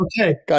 Okay